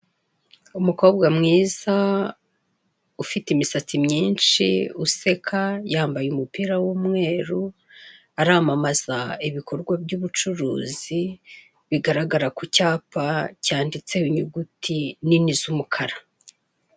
Umukobwa mwiza ufite imisatsi myinshi useka yambaye umupira w'umweru, aramamaza ibikorwa by'ucuruzi bigaragara ku cyapa cyanditseho inyuguti nini z'umukara.